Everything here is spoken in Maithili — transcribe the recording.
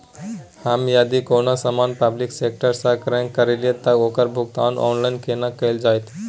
हम यदि कोनो सामान पब्लिक सेक्टर सं क्रय करलिए त ओकर भुगतान ऑनलाइन केना कैल जेतै?